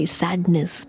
sadness